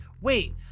wait